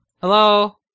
Hello